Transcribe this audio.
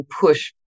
push